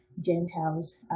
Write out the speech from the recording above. gentiles